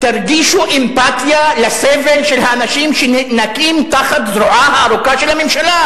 תרגישו אמפתיה לסבל של האנשים שנאנקים תחת זרועה הארוכה של הממשלה,